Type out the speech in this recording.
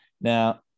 now